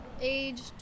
age